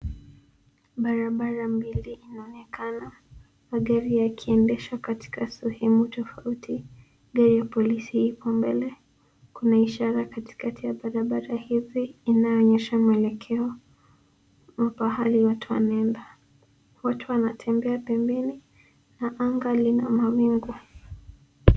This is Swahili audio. Barabara mbili zinaonekana, magari yakiendeshwa katika sehemu tofauti, gari ya polisi iko mbele, kuna ishara katikati ya barabara hizi inayoonyesha mwelekeo na pahali watu wanaenda. Watu wanatembea pembeni na anga lina mawingu